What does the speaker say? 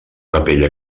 capella